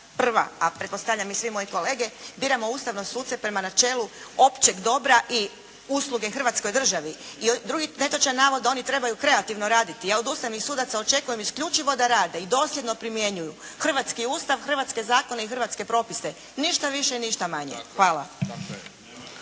prva, a pretpostavljam i svi moje kolege, biramo ustavne suce prema načelu općeg dobra i usluge hrvatskoj državi. I drugi netočan navod da oni trebaju kreativno raditi. Ja od ustavnih sudaca očekujem isključivo da rade i dosljedno primjenjuju hrvatski Ustav, hrvatske zakone i hrvatske propise i ništa više i ništa manje. Hvala.